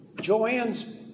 Joanne's